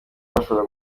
bashobora